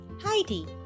Heidi